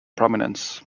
prominence